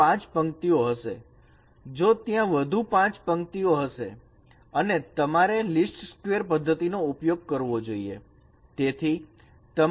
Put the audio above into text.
આવી પાંચ પંક્તિઓ હશે જો ત્યાં વધુ પાંચ પંક્તિઓ હશે અને તમારે લીસ્ટ સ્ક્વેર પદ્ધતિનો ઉપયોગ કરવો જોઈએ